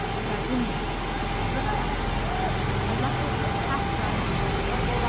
graubunden switzerland a luscious half-dried sheep's milker.